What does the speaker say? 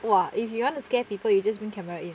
!wah! if you want to scare people you just been camera in